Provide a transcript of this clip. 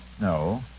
No